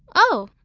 oh,